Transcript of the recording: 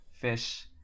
fish